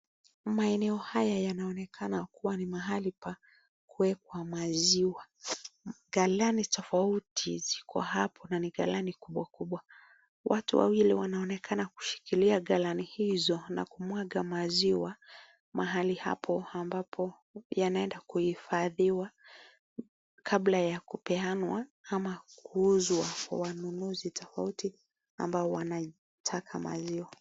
Maeneo hapa panaonekana kuwa ni mahali pa kuwekwa maziwa. Galani tafauti ziko hapo na ni galani kubwa kubwa. Watu wawili wanaonekana kushikilia galani hizo na anamwaga maziwa. Mahali hapo ambapo yanaenda kuhifadhiwa kabla ya kupeanwa ama kuuzwa kwa wanunuzi tafauti ambao wanataka maziwa .